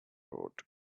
road